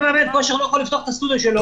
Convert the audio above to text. אם מאמן כושר לא יכול לפתוח את הסטודיו שלו,